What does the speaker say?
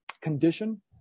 condition